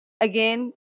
again